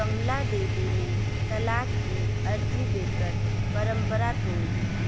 कमला देवी ने तलाक़ की अर्ज़ी दे कर परंपरा तोड़ी